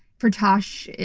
firtash,